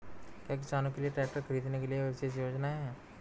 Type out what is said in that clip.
क्या किसानों के लिए ट्रैक्टर खरीदने के लिए विशेष योजनाएं हैं?